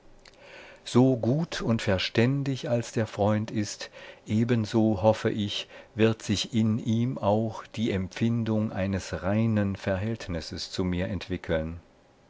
so gut und verständig als der freund ist ebenso hoffe ich wird sich in ihm auch die empfindung eines reinen verhältnisses zu mir entwickeln